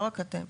לא רק אתם.